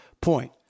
point